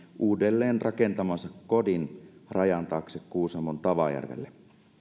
uudelleen rakentamansa kodin rajan taakse kuusamon tavajärvelle